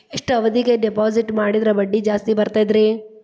ಎಷ್ಟು ಅವಧಿಗೆ ಡಿಪಾಜಿಟ್ ಮಾಡಿದ್ರ ಬಡ್ಡಿ ಜಾಸ್ತಿ ಬರ್ತದ್ರಿ?